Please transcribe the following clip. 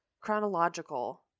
chronological